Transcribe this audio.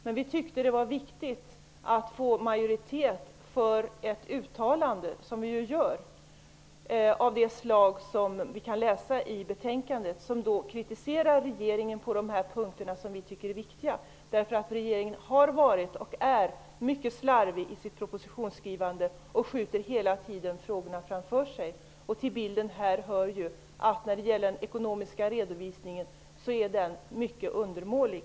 Men vi tyckte att det var viktigt att få majoritet för det uttalande som vi gör i betänkandet, vilket innebär att regeringen kritiseras på de punkter som vi anser vara viktiga. Regeringen har nämligen varit och är fortfarande mycket slarvig i sitt propositionsskrivande, och regeringen skjuter hela tiden frågorna framför sig. Till bilden hör att den ekonomiska redovisningen är mycket undermålig.